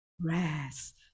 rest